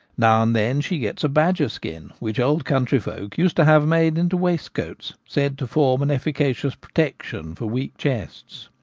now and then she gets a badger-skin, which old country folk used to have made into waistcoats, said to form an efficacious pro tection for weak chests.